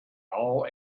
all